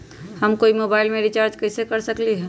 हम कोई मोबाईल में रिचार्ज कईसे कर सकली ह?